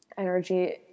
energy